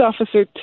officer